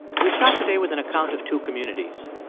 we start today with an account of two communities.